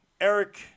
Eric